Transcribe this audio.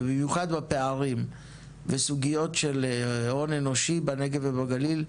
ובמיוחד בפערים וסוגיות של הון אנושי בנגב ובגליל,